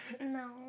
No